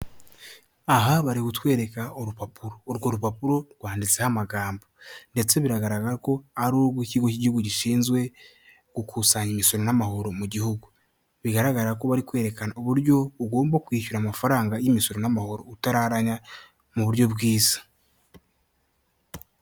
Aha bari kutwereka urupapuro, urwo rupapuro rwanditseho amagambo ndetse bigaragara ko ari urw'ikigo cy'igihugu gishinzwe gukusanya imisoro n'amahoro mu gihugu, bigaragara ko bari kwerekana uburyo ugomba kwishyura amafaranga y'imisoro n'amahoro utararanya mu buryo bwiza.